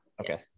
Okay